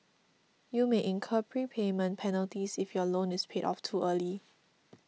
you may incur prepayment penalties if your loan is paid off too early